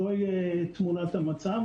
זוהי תמונת המצב.